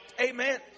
Amen